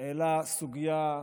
העלה סוגיה,